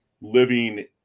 living